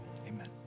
Amen